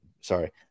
sorry